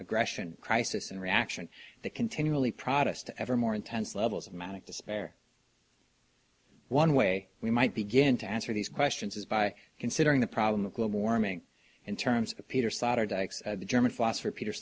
aggression crisis and reaction that continually protestant ever more intense levels of manic despair one way we might begin to answer these questions is by considering the problem of global warming in terms of peter stothard the german philosopher peter